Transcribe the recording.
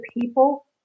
people